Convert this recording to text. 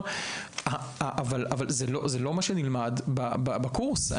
אבל זה לא מה שנלמד בקורס,